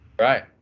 Right